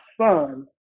son